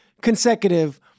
consecutive